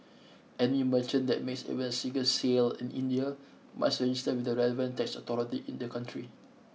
any merchant that makes even a single sale in India must register with the relevant tax authority in the country